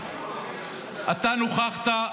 אתה נכחת,